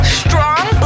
strong